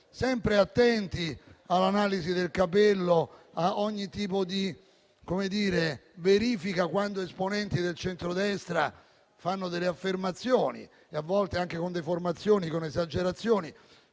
sempre attenti all'analisi del capello e a ogni tipo di verifica, quando esponenti del centrodestra fanno affermazioni, che a volte, anche con deformazioni e con esagerazioni,